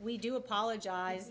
we do apologize